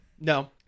No